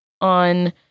on